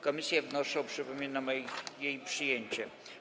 Komisje wnoszą, przypominam, o jej przyjęcie.